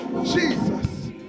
Jesus